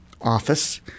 office